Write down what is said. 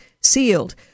sealed